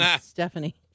Stephanie